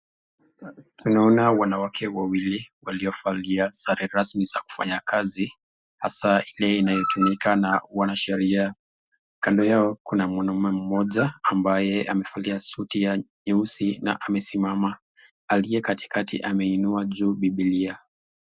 Tunanona wanawake wawili wamevalia sare rasmi za kufanya kazi, hasa hii inatumia na wanasheria. kando yao kuna ambaye amevalia suti nyeusi na amesimama, aliyekatikati ameinua juu bibilia.